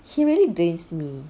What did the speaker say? he really drains me